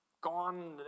gone